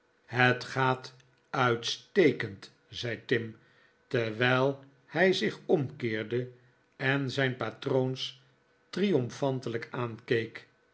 het gaat uitstekend zei tim terwijl hij zich omkeerde en zijn patroons triomfantelijk aankeek